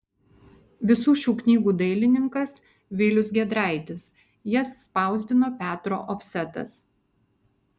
visų šių knygų dailininkas vilius giedraitis jas spausdino petro ofsetas